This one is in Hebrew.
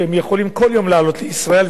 שהם יכולים כל יום לעלות לישראל,